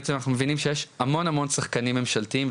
בעצם אנחנו מבינים שיש המון המון שחקנים ממשלתיים,